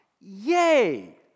Yay